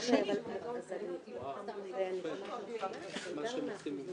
מה השכר המקובל,